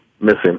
missing